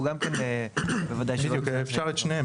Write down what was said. הוא גם כן בוודאי --- אפשר את שניהם.